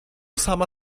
sama